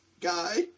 guy